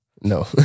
No